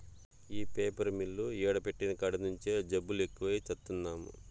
ఈ paper mill ఈడ పెట్టిన కాడి నుంచే జబ్బులు ఎక్కువై చత్తన్నాము